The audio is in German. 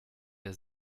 der